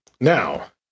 Now